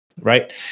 Right